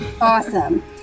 Awesome